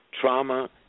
Trauma